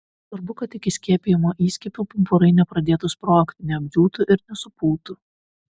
svarbu kad iki skiepijimo įskiepių pumpurai nepradėtų sprogti neapdžiūtų ir nesupūtų